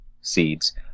Seeds